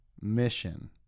mission